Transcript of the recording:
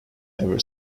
ever